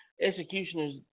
executioners